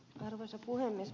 arvoisa puhemies